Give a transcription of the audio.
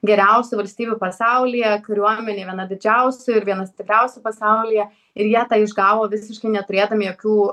geriausių valstybių pasaulyje kariuomenė viena didžiausių ir viena stipriausių pasaulyje ir jie tą išgavo visiškai neturėdami jokių